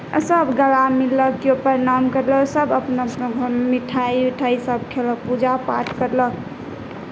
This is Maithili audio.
आ सब अपन किओ गला मिललक किओ प्रणाम केलक मिठाइ उठाइ सभ खेलक पूजा पाठ करलक